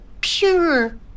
pure